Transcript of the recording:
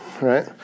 right